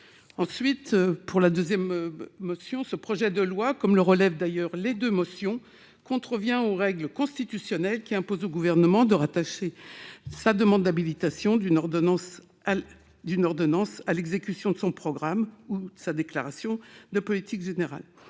le risque de requalification. Ce projet de loi, comme le relèvent d'ailleurs les deux motions, contrevient aux règles constitutionnelles qui imposent au Gouvernement de rattacher sa demande d'habilitation d'une ordonnance à l'exécution de son programme ou à sa déclaration de politique générale.